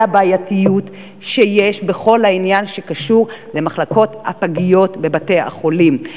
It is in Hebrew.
הבעייתיות שיש בכל העניין שקשור למחלקות הפגיות בבתי-החולים,